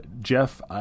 Jeff